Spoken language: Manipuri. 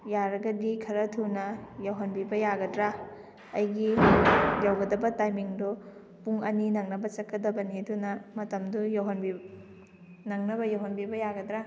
ꯌꯥꯔꯒꯗꯤ ꯈꯔ ꯊꯨꯅ ꯌꯧꯍꯟꯕꯤꯕ ꯌꯥꯒꯗ꯭ꯔꯥ ꯑꯩꯒꯤ ꯌꯧꯒꯗꯕ ꯇꯥꯏꯃꯤꯡꯗꯣ ꯄꯨꯡ ꯑꯅꯤ ꯅꯪꯅꯕ ꯆꯠꯀꯗꯕꯅꯤ ꯑꯗꯨꯅ ꯃꯇꯝꯗꯣ ꯌꯧꯍꯟꯕꯤ ꯅꯪꯅꯕ ꯌꯧꯍꯟꯕꯤꯕ ꯌꯥꯒꯗ꯭ꯔꯥ